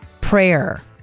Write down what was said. Prayer